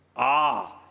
ah,